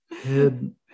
head